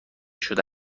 شده